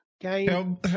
game